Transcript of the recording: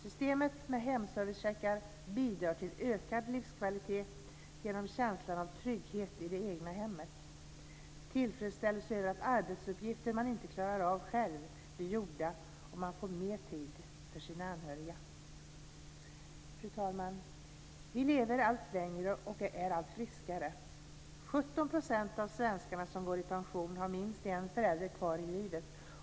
Systemet med hemservicecheckar bidrar till ökad livskvalitet genom känslan av trygghet i det egna hemmet, tillfredsställelse över att arbetsuppgifter man inte klarar av själv blir gjorda och man får mer tid med sina anhöriga. Fru talman! Vi lever allt längre och är allt friskare. 17 % av svenskarna som går i pension har minst en förälder kvar i livet.